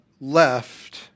left